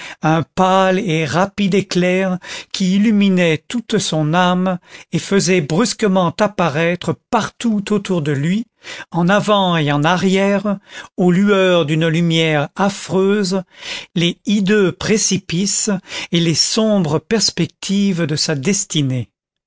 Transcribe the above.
un pâle et rapide éclair qui illuminait toute son âme et faisait brusquement apparaître partout autour de lui en avant et en arrière aux lueurs d'une lumière affreuse les hideux précipices et les sombres perspectives de sa destinée